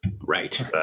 right